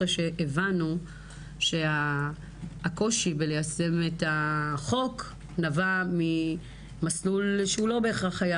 אחרי שהבנו שהקושי ליישם את החוק נבע ממסלול שהוא לא בהכרח היה